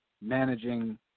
managing